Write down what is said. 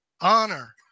honor